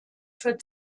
für